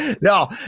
No